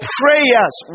prayers